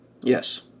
Yes